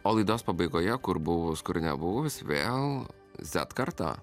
o laidos pabaigoje kur buvus kur nebuvęs vėl zet karta